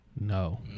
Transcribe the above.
No